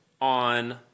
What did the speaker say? on